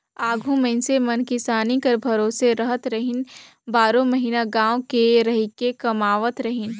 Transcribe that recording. आघु मइनसे मन किसानी कर भरोसे रहत रहिन, बारो महिना गाँव मे रहिके कमावत रहिन